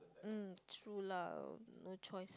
mm true love no choice